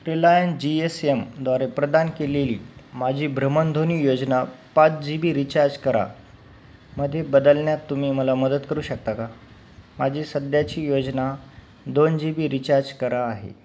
reliance G S एमद्वारे प्रदान केलेली माझी भ्रमणध्वनी योजना पाच जी बी रिचार्ज करा मध्ये बदलण्यात तुम्ही मला मदत करू शकता का माझी सध्याची योजना दोन जी बी रिचार्ज करा आहे